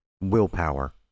Willpower